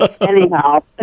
Anyhow